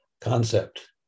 concept